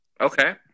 Okay